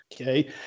okay